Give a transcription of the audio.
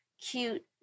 cute